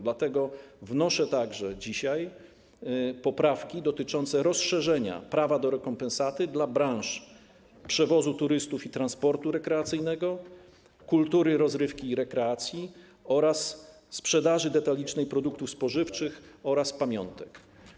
Dlatego wnoszę także dzisiaj poprawki dotyczące rozszerzenia prawa do rekompensaty dla branż przewozu turystów i transportu rekreacyjnego, kultury, rozrywki i rekreacji oraz sprzedaży detalicznej produktów spożywczych oraz pamiątek.